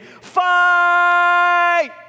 fight